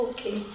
Okay